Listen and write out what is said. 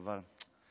חבל.